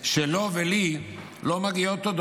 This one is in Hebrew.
שלו ולי לא מגיעות תודות.